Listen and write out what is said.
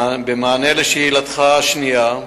במענה לשאלתך השנייה,